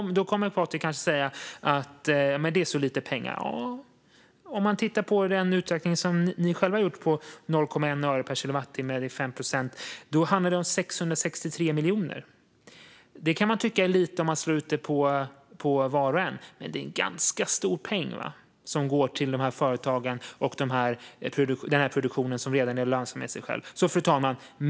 Då kommer Patrik kanske att säga att det handlar om så lite pengar. Ja, om vi tittar på den utveckling ni själva har gjort, Patrik Engström - 0,1 öre per kilowattimme, eller 5 procent - ser vi att det handlar om 663 miljoner. Det kan man tycka är lite om man slår ut det på var och en, men det är en ganska stor peng som går till de här företagen och den här produktionen, som redan är lönsam i sig själv. Fru talman!